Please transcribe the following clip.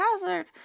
hazard